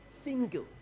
Single